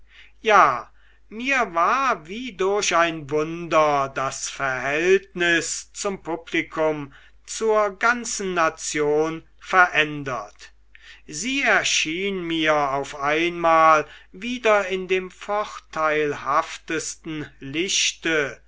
ja mir war wie durch ein wunder das verhältnis zum publikum zur ganzen nation verändert sie erschien mir auf einmal wieder in dem vorteilhaftesten lichte